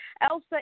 Elsa